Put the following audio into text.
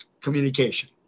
communication